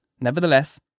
nevertheless